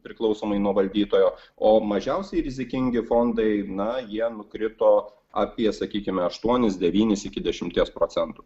priklausomai nuo valdytojo o mažiausiai rizikingi fondai na jie nukrito apie sakykime aštuonis devynis iki dešimties procentų